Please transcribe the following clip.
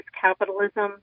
capitalism